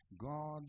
God